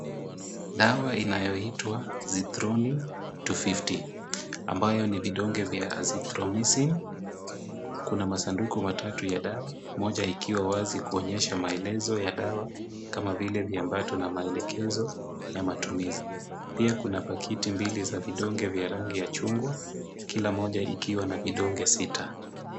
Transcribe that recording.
Dawa inayoitwa Zithromin 250 ambayo ni vidonge vya Azithromycin. Kuna masanduku matatu ya dawa, moja ikiwa wazi kuonyesha maelezo ya dawa kama vile viambato na maelekezo ya matumizi. Pia kuna pakiti mbili ya vidonge vya rangi ya chungwa, kila moja ikiwa na vidonge sita.